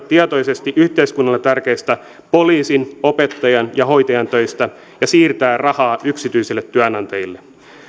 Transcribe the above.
tietoisesti leikata yhteiskunnalle tärkeistä poliisin opettajan ja hoitajan töistä ja siirtää rahaa yksityisille työnantajille